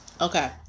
Okay